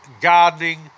gardening